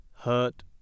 hurt